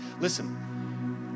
Listen